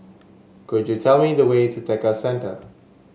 could you tell me the way to Tekka Centre